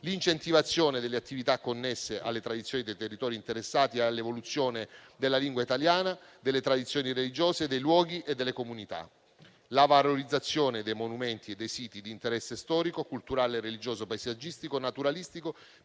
l'incentivazione delle attività connesse alle tradizioni dei territori interessati all'evoluzione della lingua italiana, delle tradizioni religiose, dei luoghi e delle comunità, la valorizzazione dei monumenti e dei siti di interesse storico, culturale, religioso, paesaggistico e naturalistico